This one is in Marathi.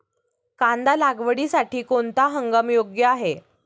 कांदा लागवडीसाठी कोणता हंगाम योग्य आहे?